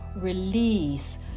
Release